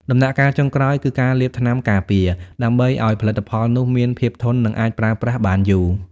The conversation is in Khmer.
ដំណាក់កាលចុងក្រោយ គឺការលាបថ្នាំការពារ ដើម្បីឱ្យផលិតផលនោះមានភាពធន់ និងអាចប្រើប្រាស់បានយូរ។